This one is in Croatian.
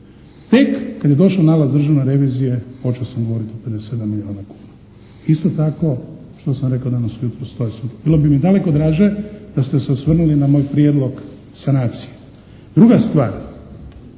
Tek kad je došao nalaz Državne revizije počeo sam govoriti o 57 milijuna kuna. Isto tako, što sam rekao danas ujutro …/Govornik se ne razumije./… bilo bi mi daleko draže da ste se osvrnuli na moj prijedlog sanacije. Druga stvar,